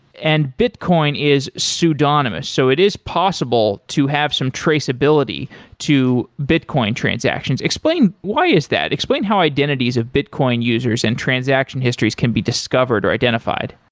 and bitcoin is pseudonymous. so it is possible to have some traceability to bitcoin transactions. explain why is that? explain how identities of bitcoin users and transaction histories can be discovered or identified?